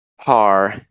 par